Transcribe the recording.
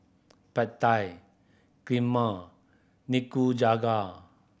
Pad Thai Kheema Nikujaga